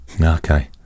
okay